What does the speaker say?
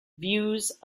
views